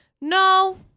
No